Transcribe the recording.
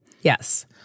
Yes